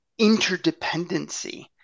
interdependency